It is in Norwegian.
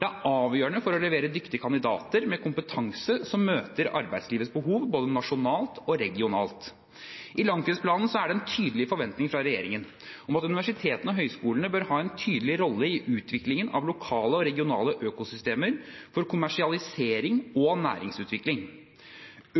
Det er avgjørende for å levere dyktige kandidater med kompetanse som møter arbeidslivets behov – både nasjonalt og regionalt. I langtidsplanen er det en tydelig forventning fra regjeringen om at universitetene og høyskolene bør ha en tydelig rolle i utviklingen av lokale og regionale økosystemer for kommersialisering og næringsutvikling.